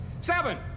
Seven